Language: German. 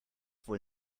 wohl